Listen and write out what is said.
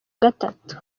gatatu